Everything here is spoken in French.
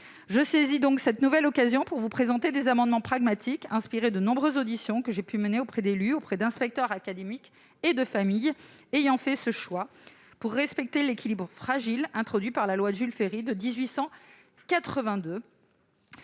Je saisis donc cette nouvelle occasion pour vous présenter des amendements pragmatiques, fruits des nombreuses auditions que j'ai menées auprès d'élus, d'inspecteurs académiques et de familles ayant fait ce choix, pour respecter l'équilibre fragile introduit par la loi de Jules Ferry de 1882.